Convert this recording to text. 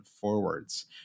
forwards